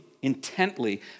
Intently